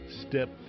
Step